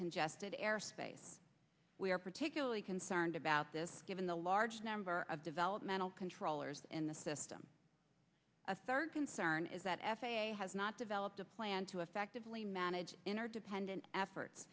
congested airspace we are particularly concerned about this given the large number of developmental controllers in the system a third concern is that f a a has not developed a plan to effectively manage interdependent effort